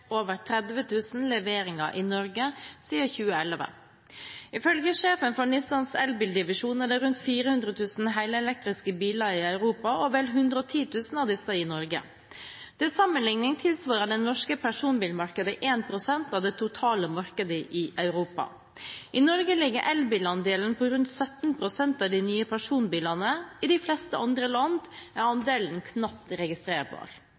det rundt 400 000 helelektriske biler i Europa, og vel 110 000 av disse er i Norge. Til sammenlikning tilsvarer det norske personbilmarkedet 1 pst. av det totale markedet i Europa. I Norge ligger elbilandelen på rundt 17 pst. av nye personbiler. I de fleste andre land er andelen knapt registrerbar.